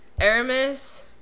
Aramis